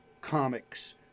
comics